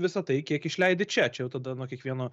visa tai kiek išleidi čia čia jau tada nuo kiekvieno